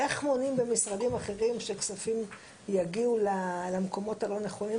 איך מונעים במשרדים אחרים שכספים יגיעו למקומות הלא נכונים,